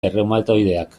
erreumatoideak